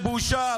אפשר לשבת.